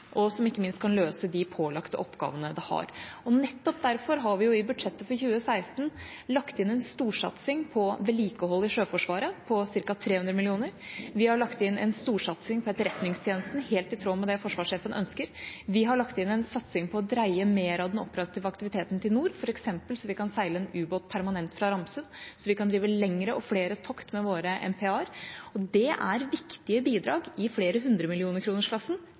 og som ikke minst kan løse de pålagte oppgavene det har. Nettopp derfor har vi i budsjettet for 2016 lagt inn en storsatsing på vedlikehold i Sjøforsvaret, på ca. 300 mill. kr. Vi har lagt inn en storsatsing på Etterretningstjenesten, helt i tråd med det forsvarssjefen ønsker. Vi har lagt inn en satsing for å dreie mer av den operative aktiviteten til nord, f.eks. slik at vi kan seile en ubåt permanent fra Ramsund, slik at vi kan drive lengre og flere tokt med våre MPA-er, som er Luftforsvarets maritime patruljefly. Det er viktige bidrag i flere